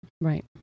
Right